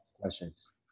questions